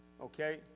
okay